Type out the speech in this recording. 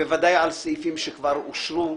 ודאי על סעיפים שכבר אושרו,